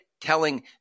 telling –